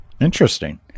Interesting